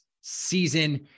season